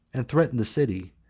and threatened the city,